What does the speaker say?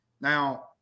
Now